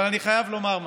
אבל אני חייב לומר משהו,